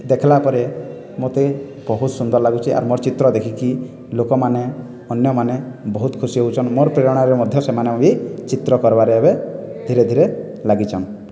ଦେଖ୍ଲା ପରେ ମତେ ବହୁତ୍ ସୁନ୍ଦର ଲାଗୁଚି ଆର୍ ମୋର୍ ଚିତ୍ର ଦେଖିକି ଲୋକମାନେ ଅନ୍ୟମାନେ ବହୁତ୍ ଖୁସି ହଉଚନ୍ ମୋର୍ ପ୍ରେରଣାରେ ମଧ୍ୟ ସେମାନେବି ଚିତ୍ର କର୍ବାରେ ଏବେ ଧିରେ ଧିରେ ଲାଗିଚନ୍